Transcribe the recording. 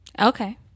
Okay